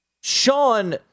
Sean